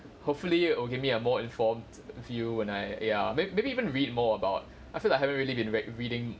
hopefully it will give me a more informed view when I ya maybe maybe even read more about I feel like I haven't really been read reading